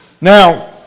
Now